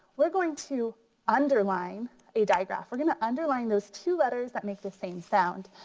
we're going to underline a diagraph. we're going to underline those two letters that make the same sound.